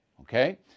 Okay